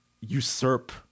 usurp